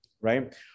right